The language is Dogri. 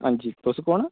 अंजी तुस कुन्न